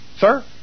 Sir